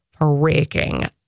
freaking